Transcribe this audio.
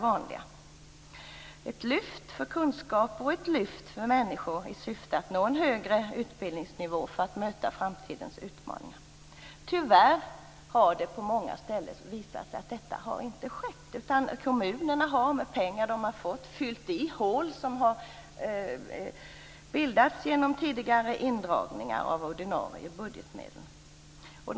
Det skulle vara ett lyft för kunskap och ett lyft för människor i syfte att nå en högre utbildningsnivå för att möta framtidens utmaningar. Tyvärr har det på många ställen visat sig att detta inte har skett. Kommunerna har fyllt i hål, som har bildats genom tidigare indragningar av ordinarie budgetmedel, med pengar de har fått.